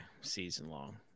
season-long